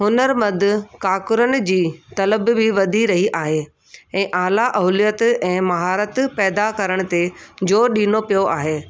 हुनरमंद काकुरुन जी तलब बि वधी रही आहे ऐं आला ओलियत ऐं महारत पैदा करण ते ज़ोर ॾिनो पियो आहे